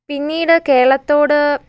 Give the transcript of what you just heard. പിന്നീട് കേരളത്തോട്